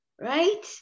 right